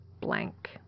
blank